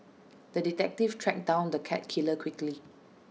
the detective tracked down the cat killer quickly